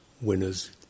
winners